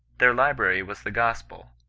their library was the gospel,